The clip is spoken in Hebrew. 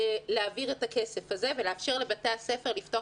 להעביר את הכסף הזה ולאפשר לבתי הספר לפתוח